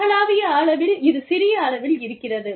உலகளாவிய அளவில் இது சிறிய அளவில் இருக்கிறது